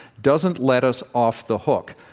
doesn't let us off the hook.